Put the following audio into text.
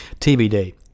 TBD